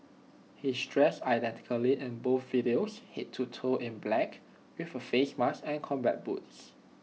he's dressed identically in both videos Head to toe in black with A face mask and combat boots